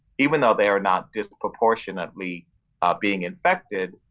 even though they are not disproportionately being infected.